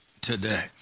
today